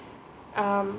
um